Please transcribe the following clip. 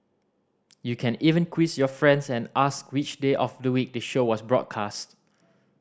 you can even quiz your friends and ask which day of the week the show was broadcast